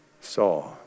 saw